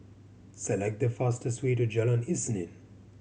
select the fastest way to Jalan Isnin